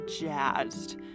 jazzed